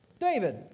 David